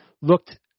looked